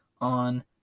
on